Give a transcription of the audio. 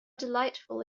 delightful